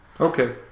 Okay